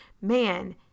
man